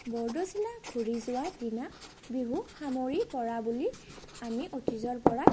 বৰদৈচিলা ঘূৰি যোৱা দিনা বিহু সামৰি পৰা বুলি আমি অতীজৰ পৰা